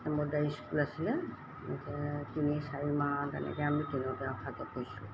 embroidery school আছিলে তাতে তিনি চাৰি মাহ তেনেকৈ আমি ট্ৰেইনতে অহা যোৱ কৰিছিলোঁ